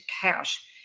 cash